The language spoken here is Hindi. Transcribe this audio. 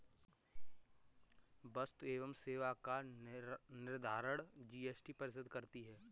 वस्तु एवं सेवा कर का निर्धारण जीएसटी परिषद करती है